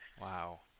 wow